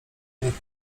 niech